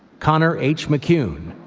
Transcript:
connor h. mccune,